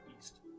east